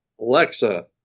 Alexa